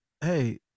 hey